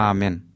Amen